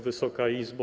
Wysoka Izbo!